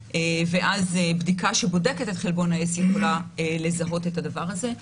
ואז בדיקה שבודקת את חלבון ה-S יכולה לזהות את הדבר הזה.